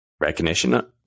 recognition